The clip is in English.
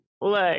Look